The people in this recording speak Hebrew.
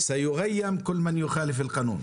"סיוריאם כל-מניונחל פיל-קנון".